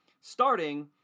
starting